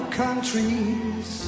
countries